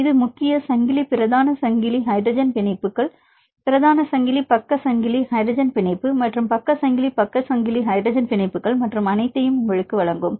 இது முக்கிய சங்கிலி பிரதான சங்கிலி ஹைட்ரஜன் பிணைப்புகள் பிரதான சங்கிலி பக்க சங்கிலி ஹைட்ரஜன் பிணைப்பு மற்றும் பக்க சங்கிலி பக்க சங்கிலி ஹைட்ரஜன் பிணைப்புகள் மற்றும் அனைத்தையும் உங்களுக்கு வழங்கும்